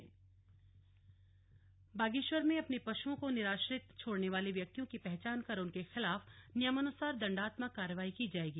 slug पशु क्रूरता बैठक बागेश्वर में अपने पशुओं को निराश्रित छोड़ने वाले व्यक्तियों की पहचान कर उनके खिलाफ नियमानुसार दंडात्मक कार्रवाई की जाएगी